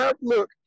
look